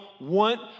want